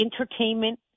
Entertainment